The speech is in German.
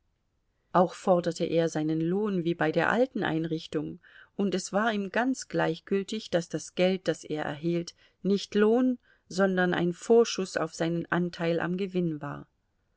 auch forderte er seinen lohn wie bei der alten einrichtung und es war ihm ganz gleichgültig daß das geld das er erhielt nicht lohn sondern ein vorschuß auf seinen anteil am gewinn war